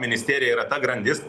ministerija yra ta grandis